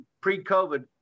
pre-COVID